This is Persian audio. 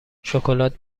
شکلات